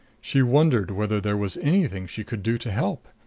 she wondered whether there was anything she could do to help.